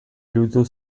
iruditu